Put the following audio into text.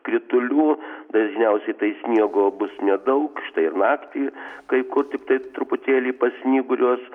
kritulių dažniausiai tai sniego bus nedaug štai ir naktį kai kur tiktais truputėlį pasnyguriuos